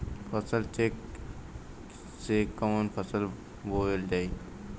फसल चेकं से कवन फसल बोवल जाई?